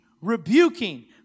rebuking